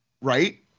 right